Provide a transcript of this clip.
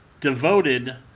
Devoted